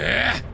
yeah